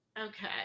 Okay